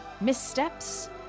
missteps